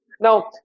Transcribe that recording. Now